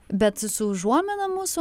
bet su užuomina mūsų